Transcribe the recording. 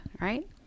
Right